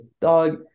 dog